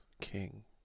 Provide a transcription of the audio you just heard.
King